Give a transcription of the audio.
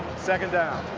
second down.